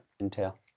entail